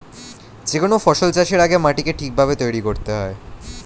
যে কোনো ফসল চাষের আগে মাটিকে ঠিক ভাবে তৈরি করতে হয়